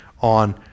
on